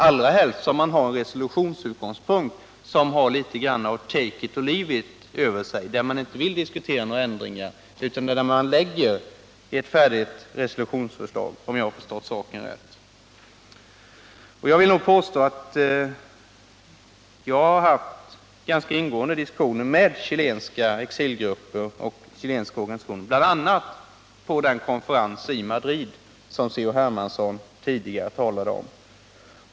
Det är speciellt svårt att förstå det, eftersom utgångspunkten för resolutionsförslaget har litet av take itorleave it över sig — man vill inte diskutera några ändringar utan lägger fram ett färdigt resolutionsförslag, om jag har förstått saken rätt. Jag vill påstå att jag har haft ganska ingående diskussioner med chilenska exilgrupper och chilenska organisationer, bl.a. på den konferens i Madrid som C-.-H. Hermansson tidigare talade om.